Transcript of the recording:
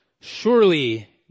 Surely